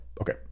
okay